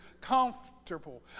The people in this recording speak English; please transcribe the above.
Comfortable